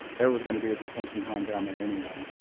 there was going to be a detention pond down there anyway.